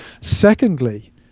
secondly